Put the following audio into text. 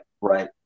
right